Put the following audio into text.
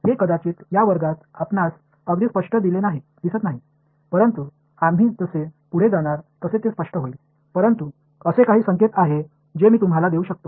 हे कदाचित या वर्गात आपणास अगदी स्पष्ट दिसत नाही परंतु आम्ही जसे पुढे जाणार तसे स्पष्ट होईल परंतु असे काही संकेत आहेत जे मी तुम्हाला देऊ शकतो